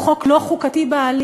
הוא חוק לא חוקתי בעליל.